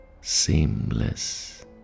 Seamless